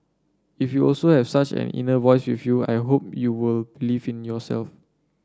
if you also have such an inner voice with you I hope you will believe in yourself